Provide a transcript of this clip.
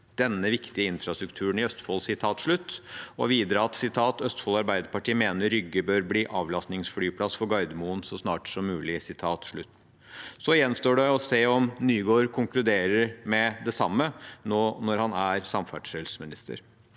denne viktige infrastrukturen i Østfold.» Og videre: «Østfold Arbeiderparti mener Rygge bør bli avlastningsflyplass for Gardermoen så snart som mulig.» Da gjenstår det å se om Nygård konkluderer med det samme nå når han er samferdselsminister.